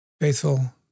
faithful